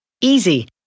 Easy